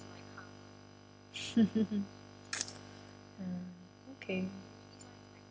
mm okay